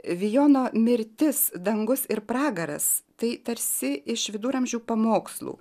vijono mirtis dangus ir pragaras tai tarsi iš viduramžių pamokslų